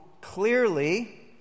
clearly